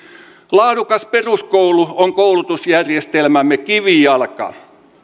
laadukas peruskoulu on koulutusjärjestelmämme kivijalka